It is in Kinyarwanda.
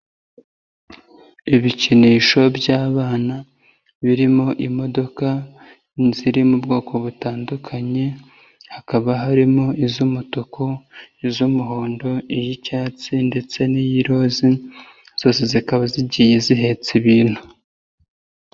Ibikinisho by'abana birimo imodoka ziri mu bwoko butandukanye, hakaba harimo iz'umutuku, iz'umuhondo, iz'icyatsi ndetse n'iz'iroza, zose zikaba zigiye zihetse ibintu.